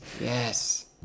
Yes